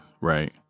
Right